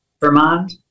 Vermont